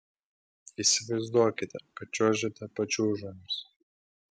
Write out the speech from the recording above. įsivaizduokite kad čiuožiate pačiūžomis